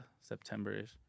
September-ish